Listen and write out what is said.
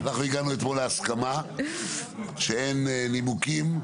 אנחנו הגענו אתמול להסכמה שאין נימוקים.